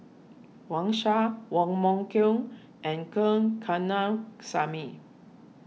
Wang Sha Wong Meng Voon and Gn Kanna Samy